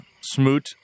Smoot